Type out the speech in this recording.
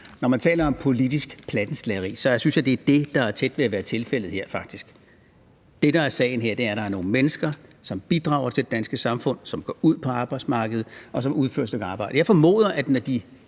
Når man taler om politisk plattenslageri, synes jeg, at det faktisk er det, der er tæt ved at være tilfældet her. Det, der er sagen her, er, at der er nogle mennesker, som bidrager til det danske samfund, som går ud på arbejdsmarkedet, og som udfører et stykke arbejde. Jeg formoder, at de, når de